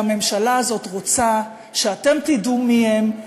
והממשלה הזאת רוצה שאתם תדעו מי הם,